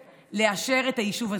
לאשר את היישוב הזה,